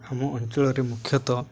ଆମ ଆଞ୍ଚଳରେ ମୁଖ୍ୟତଃ